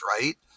right